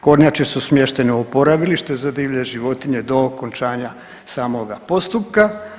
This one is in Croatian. Kornjače su smještene u oporavilište za divlje životinje do okončanja samoga postupka.